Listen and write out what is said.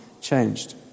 changed